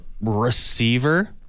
receiver